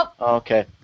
Okay